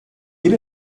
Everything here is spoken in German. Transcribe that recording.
jede